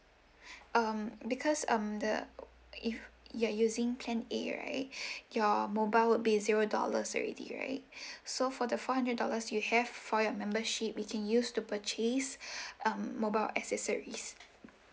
um because um the you're using plan A right your mobile will be zero dollars already right so for the four hundred dollars you have for your membership you can use to purchase um mobile accessories